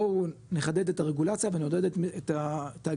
בואו נחדד את הרגולציה ונעודד את תאגידי